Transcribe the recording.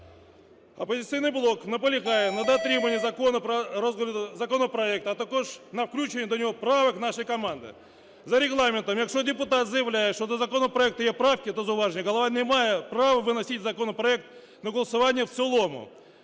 "Опозиційний блок" наполягає на дотриманні законопроекту, а також на включення до нього правок нашої команди. За Регламентом, якщо депутат заявляє, що до законопроекту є правки та зауваження, Голова не має права виносити законопроект на голосування в цілому.